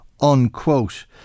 unquote